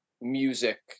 music